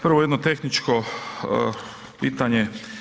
Prvo jedno tehničko pitanje.